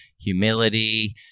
humility